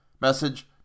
Message